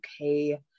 okay